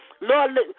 Lord